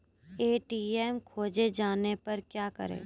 ATM खोजे जाने पर क्या करें?